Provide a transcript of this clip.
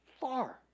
far